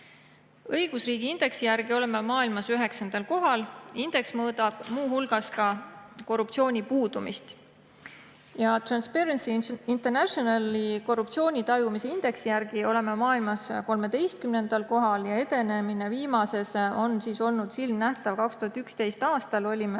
Õigusriigi indeksi järgi oleme maailmas 9. kohal. Indeks mõõdab muu hulgas ka korruptsiooni puudumist. Transparency Internationali korruptsioonitajumise indeksi järgi oleme maailmas 13. kohal ja edenemine on olnud silmnähtav: 2011. aastal olime